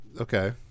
Okay